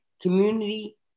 community